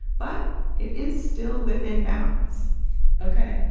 but it is still within bounds ok.